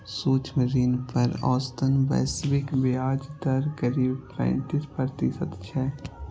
सूक्ष्म ऋण पर औसतन वैश्विक ब्याज दर करीब पैंतीस प्रतिशत छै